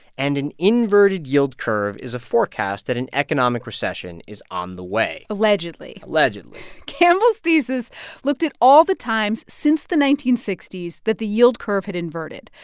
and an inverted yield curve is a forecast that an economic recession is on the way allegedly allegedly campbell's thesis looked at all the times since the nineteen sixty s that the yield curve had inverted.